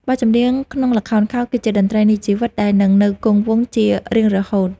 បទចម្រៀងក្នុងល្ខោនខោលគឺជាតន្ត្រីនៃជីវិត ដែលនឹងនៅគង់វង្សជារៀងរហូត។